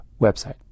website